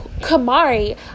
Kamari